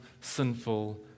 sinful